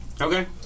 Okay